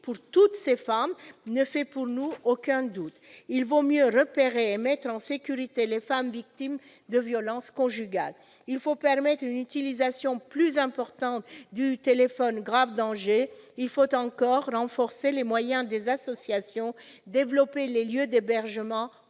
pour toutes ces femmes, ne fait pour nous aucun doute. Il vaut mieux repérer et mettre en sécurité les femmes victimes de violences conjugales. Il faut permettre une utilisation plus importante du dispositif « Téléphone grave danger ». Il faut encore renforcer les moyens des associations, développer les lieux d'hébergement